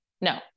no